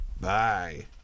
bye